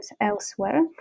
elsewhere